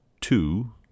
two